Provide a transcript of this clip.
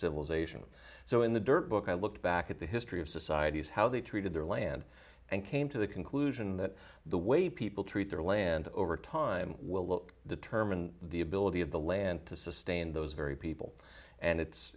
civilization so in the dirt book i look back at the history of societies how they treated their land and came to the conclusion that the way people treat their land over time will look determine the ability the land to sustain those very people and it's